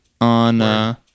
on